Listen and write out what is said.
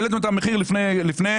איך המחירים ירדו בעקבות המעבר לגז.